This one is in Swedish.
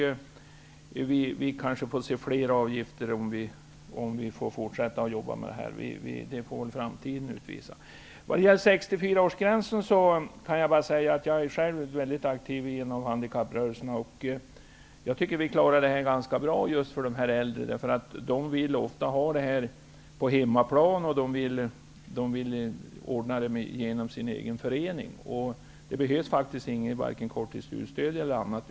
Man kanske får se fler avgifter om vi får fortsätta att jobba med det här -- det får framtiden utvisa. Några ord om 64-årsgränsen. Jag kan bara säga att jag själv är mycket aktiv i en av handikapprörelserna, och jag tycker att vi klarar sådana kurser just för de äldre ganska bra. De vill ofta ha dem på hemmaplan, och de vill ordna det genom sin egen förening. Det behövs faktiskt varken korttidsstudiestöd eller annat.